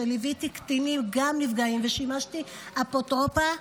שליוויתי קטינים גם נפגעים ושימשתי אפוטרופה,